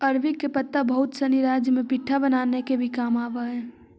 अरबी के पत्ता बहुत सनी राज्य में पीठा बनावे में भी काम आवऽ हई